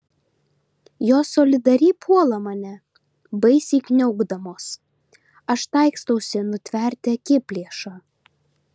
jos solidariai puola mane baisiai kniaukdamos aš taikstausi nutverti akiplėšą